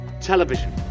Television